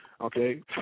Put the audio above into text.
Okay